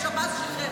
ושב"ס וכו'.